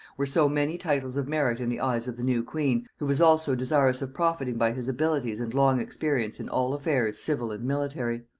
were so many titles of merit in the eyes of the new queen, who was also desirous of profiting by his abilities and long experience in all affairs civil and military.